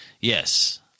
Yes